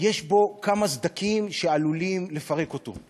יש בו כמה סדקים שעלולים לפרק אותו.